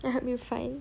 I help you find